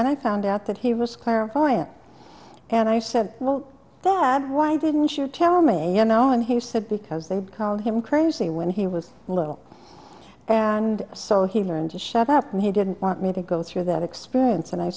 and i found out that he was clairvoyant and i said well that why didn't you tell me you know and he said because they called him crazy when he was little and so he learned to shut up and he didn't want me to go through that experience and i